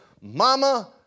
mama